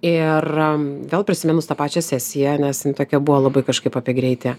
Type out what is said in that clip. ir vėl prisiminus tą pačią sesiją nes jin tokia buvo labai kažkaip apie greitį